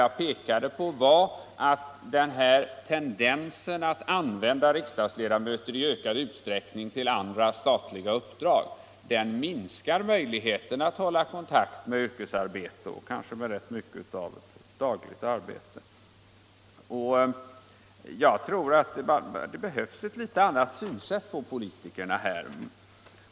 Jag pekade på att tendensen att använda riksdagsledamöter i ökad utsträckning till andra statliga uppdrag minskar ledamöternas möjligheter att hålla kontakt med ett dagligt yrkesarbete. Det behövs en annan syn på politikerna.